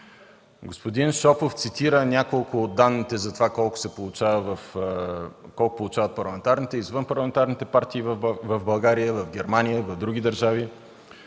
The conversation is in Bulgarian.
Господин Шопов цитира няколко от данните колко получават парламентарните и извънпарламентарните партии в България, в Германия и в други държави.